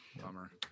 Bummer